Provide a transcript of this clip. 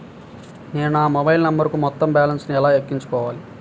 నేను నా మొబైల్ నంబరుకు మొత్తం బాలన్స్ ను ఎలా ఎక్కించుకోవాలి?